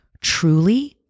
Truly